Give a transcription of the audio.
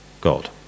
God